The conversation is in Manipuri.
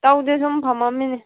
ꯇꯧꯗꯦ ꯁꯨꯝ ꯐꯝꯃꯝꯃꯤꯅꯦ